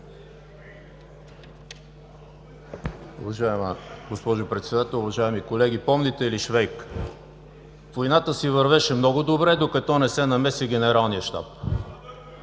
Уважаема госпожо Председател, уважаеми колеги! Помните ли Швейк – войната си вървеше много добре, докато не се намеси генералният щаб?